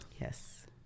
Yes